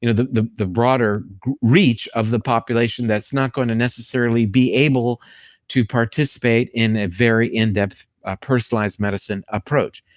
you know the the broader reach of the population that's not going to necessarily be able to participate in a very in-depth personalized medicine approach.